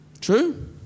True